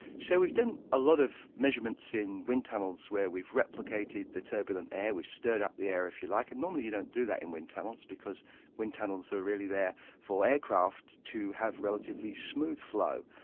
so we've done a lot of measurements in wind tunnels where we've replicated the turbulent air, we've stirred up the air, if you like. and normally you don't do that in wind tunnels because wind tunnels are really there for aircraft to have relatively smooth flow.